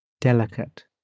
delicate